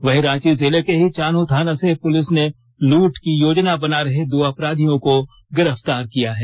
वहीं रांची जिले के ही चान्हो थाना से पुलिस ने लूट की योजना बना रहे दो अपराधियों को गिरफ्तार किया है